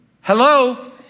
Hello